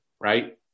right